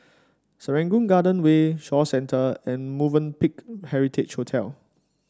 Serangoon Garden Way Shaw Centre and Movenpick Heritage Hotel